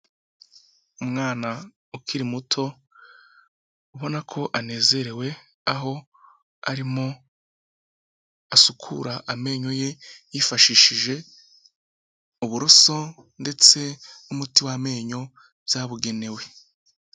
Umwana ukiri muto, ubona ko anezerewe aho arimo asukura amenyo ye yifashishije uburoso ndetse n'umuti w'amenyo byabugenewe.